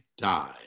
die